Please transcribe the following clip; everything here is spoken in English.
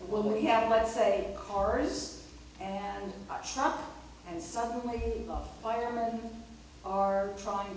will we have let's say cars and trucks and suddenly the firemen are trying